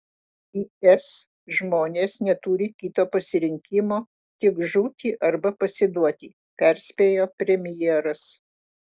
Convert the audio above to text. is žmonės neturi kito pasirinkimo tik žūti arba pasiduoti perspėjo premjeras